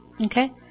Okay